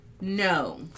no